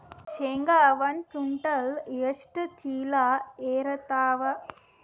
ಶೇಂಗಾ ಒಂದ ಕ್ವಿಂಟಾಲ್ ಎಷ್ಟ ಚೀಲ ಎರತ್ತಾವಾ?